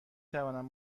توانم